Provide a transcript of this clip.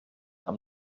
amb